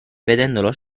vedendolo